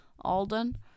Alden